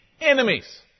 enemies